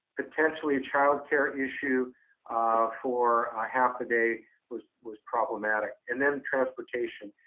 potentially a childcare issue for a half a day was was problematic. and then transportation.